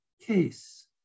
case